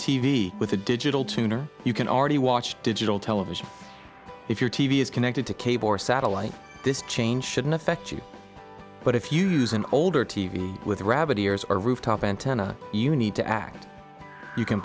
v with a digital tuner you can already watched digital television if your t v is connected to cable or satellite this change shouldn't affect you but if you use an older t v with rabbit ears or a rooftop antenna you need to act you can